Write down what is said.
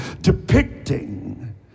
depicting